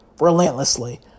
relentlessly